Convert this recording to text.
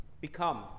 become